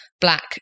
black